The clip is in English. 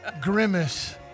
grimace